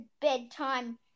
bedtime